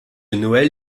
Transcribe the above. noël